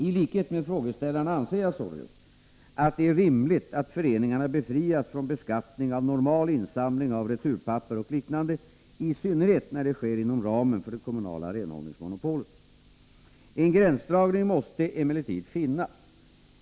I likhet med frågeställarna anser jag således att det är rimligt att föreningarna befrias från beskattning av normal insamling av returpapper och liknande, i synnerhet när det sker inom ramen för det kommunala renhållningsmonopolet. En gränsdragning måste emellertid finnas.